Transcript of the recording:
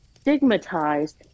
stigmatized